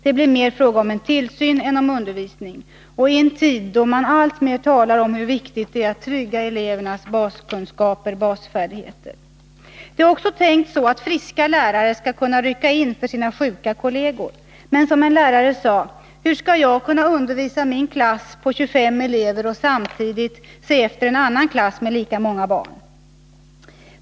Det blir mer fråga om en tillsyn än om undervisning, i en tid då man alltmer talar om hur viktigt det är att trygga elevernas baskunskaper och basfärdigheter. Det är också tänkt så att friska lärare skall kunna rycka in för sina sjuka kolleger. Men, som en lärare sade: Hur skall jag kunna undervisa min klass på 25 elever och samtidigt se efter en annan klass med lika många barn?